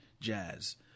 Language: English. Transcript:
jazz